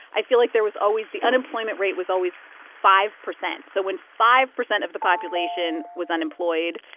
i feel like there was always the unemployment rate was always five percent. so when five percent of the population was unemployed,